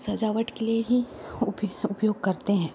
सजावट के लिए ही उप उपयोग करते हैं